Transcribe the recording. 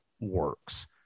works